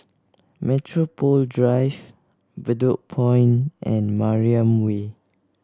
Metropole Drive Bedok Point and Mariam Way